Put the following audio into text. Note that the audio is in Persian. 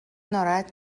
ناراحت